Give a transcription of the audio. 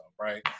right